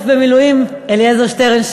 אלוף במיל' אליעזר שטרן,